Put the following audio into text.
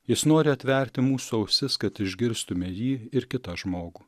jis nori atverti mūsų ausis kad išgirstume jį ir kitą žmogų